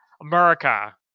America